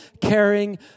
caring